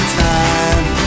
time